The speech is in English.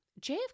JFK